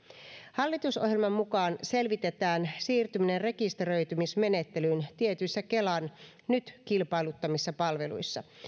hallitusohjelman mukaan selvitetään siirtyminen rekisteröitymismenettelyyn tietyissä kelan nyt kilpailuttamissa palveluissa